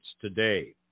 today